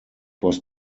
was